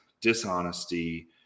dishonesty